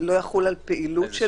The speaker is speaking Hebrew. לא יחול על פעילות של